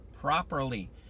properly